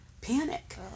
panic